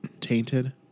tainted